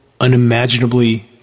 unimaginably